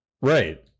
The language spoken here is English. Right